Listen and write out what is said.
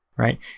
Right